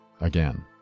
again